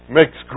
makes